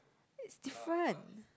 it's difference